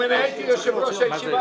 אם אני הייתי יושב ראש הישיבה,